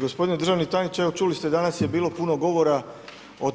Gospodine državni tajniče, čuli ste i danas je bilo puno govora o